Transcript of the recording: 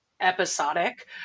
episodic